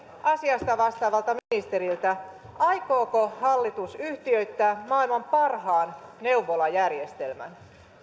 asiasta vastaavalta ministeriltä aikooko hallitus yhtiöittää maailman parhaan neuvolajärjestelmän